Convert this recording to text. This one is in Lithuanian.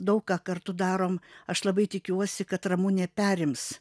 daug ką kartu darom aš labai tikiuosi kad ramunė perims